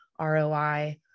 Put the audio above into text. ROI